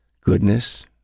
goodness